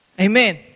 Amen